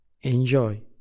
enjoy